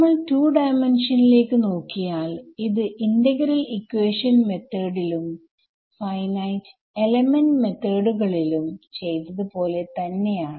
നമ്മൾ 2D യിലേക്ക് നോക്കിയാൽ ഇത് ഇന്റഗ്രൽ ഇക്വേഷൻ മെത്തേഡിലുംഫൈനൈറ്റ് എലമെന്റ് മെത്തേഡുകളിലും ചെയ്തത് പോലെ തന്നെയാണ്